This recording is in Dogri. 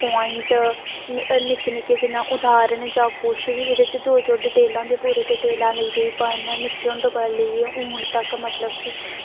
प्वाइंट एह् निक्के निक्के उदाहरण जां कुछ बी एह्दे च जो जो डिटेलां होंदियां डिटेलां लग्गी पे पढ़न निक्के होंदे पढ़न ते हून तक्क मतलब कि